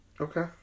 Okay